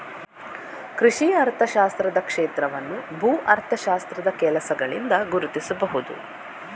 ಕೃಷಿ ಅರ್ಥಶಾಸ್ತ್ರದ ಕ್ಷೇತ್ರವನ್ನು ಭೂ ಅರ್ಥಶಾಸ್ತ್ರದ ಕೆಲಸಗಳಿಂದ ಗುರುತಿಸಬಹುದು